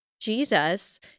Jesus